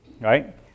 right